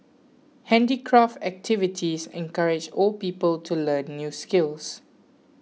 handicraft activities encourage old people to learn new skills